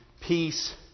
peace